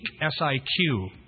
S-I-Q